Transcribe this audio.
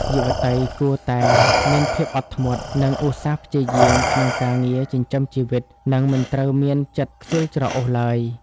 យុវតីគួរតែ "មានភាពអត់ធ្មត់ និងឧស្សាហ៍ព្យាយាម" ក្នុងការងារចិញ្ចឹមជីវិត និងមិនត្រូវមានចិត្តខ្ជិលច្រអូសឡើយ។